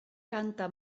canta